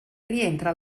rientra